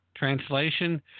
Translation